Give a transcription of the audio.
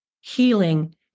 healing